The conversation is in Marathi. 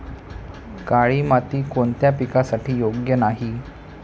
काळी माती कोणत्या पिकासाठी योग्य नाही?